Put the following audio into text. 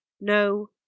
no